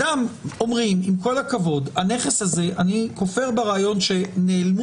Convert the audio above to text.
עם כל הכבוד אני כופר ברעיון שנעלמו